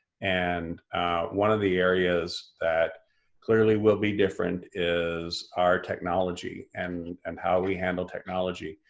and one of the areas that clearly will be different is our technology and and how we handle technology.